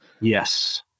Yes